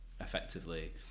effectively